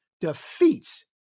defeats